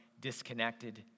disconnected